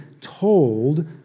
told